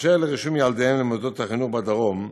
אשר לרישום ילדיהם למוסדות חינוך בדרום,